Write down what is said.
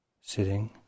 Sitting